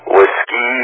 Whiskey